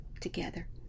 together